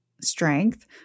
strength